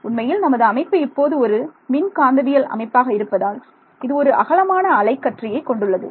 உண்மையில் நமது அமைப்பு இப்போது ஒரு மின்காந்தவியல் அமைப்பாக இருப்பதால் இது ஒரு அகலமான அலை கற்றையை கொண்டுள்ளது